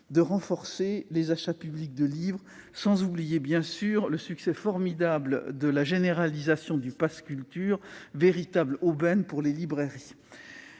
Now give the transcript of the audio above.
de renforcer les achats publics de livres, sans oublier, bien sûr, le succès formidable de la généralisation du pass Culture, véritable aubaine pour les librairies.